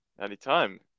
anytime